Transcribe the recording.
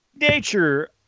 nature